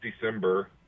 December